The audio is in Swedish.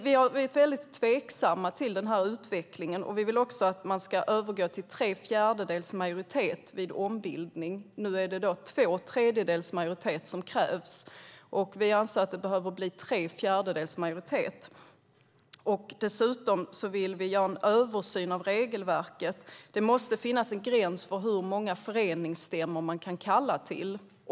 Vi är väldigt tveksamma till den här utvecklingen, och vi vill också att man ska övergå till tre fjärdedels majoritet vid ombildning. Nu är det två tredjedels majoritet som behövs, och vi anser att det ska vara tre fjärdedels majoritet. Dessutom vill vi göra en översyn av regelverket. Det måste finnas en gräns för hur många föreningsstämmor man kan kalla till.